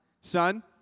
Son